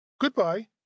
Goodbye